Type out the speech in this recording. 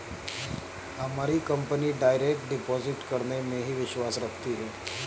हमारी company direct deposit करने में ही विश्वास रखती है